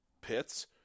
pits